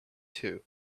too